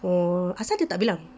oh asal dia tak bilang